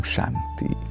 Shanti